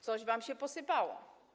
Coś wam się posypało.